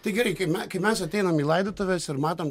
taigi gerai kai me mes ateinam į laidotuves ir matom